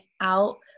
out